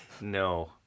No